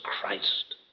Christ